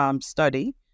study